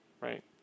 right